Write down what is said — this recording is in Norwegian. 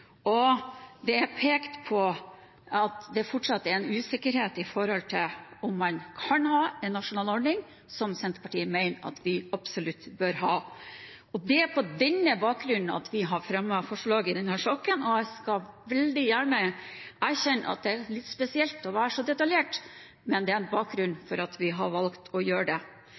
Det er pekt på at det fortsatt er en usikkerhet om hvorvidt man kan ha en nasjonal ordning, som Senterpartiet mener at vi absolutt bør ha. Det er på denne bakgrunn vi vil fremme forslaget i denne saken. Jeg erkjenner veldig gjerne at det er litt spesielt å være så detaljert, men det er en bakgrunn for at vi har valgt å gjøre det.